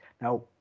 Now